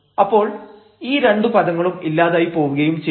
അപ്പോൾ ഈ രണ്ടു പദങ്ങളും ഇല്ലാതായി പോവുകയും ചെയ്യും